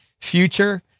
future